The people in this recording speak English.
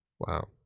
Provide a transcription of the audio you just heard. Wow